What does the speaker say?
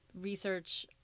research